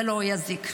לא יזיק.